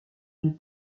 une